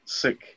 sick